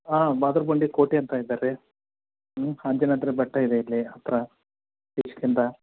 ಹಾಂ ಬಹದ್ದೂರು ಬಂಡಿ ಕೋಟೆ ಅಂತ ಇದೆ ರೀ ಹ್ಞೂ ಅಂಜನಾದ್ರಿ ಬೆಟ್ಟ ಇದೆ ಇಲ್ಲಿ ಹತ್ತಿರ ಕಿಷ್ಕಿಂಧಾ